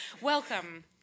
Welcome